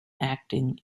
acting